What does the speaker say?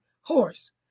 horse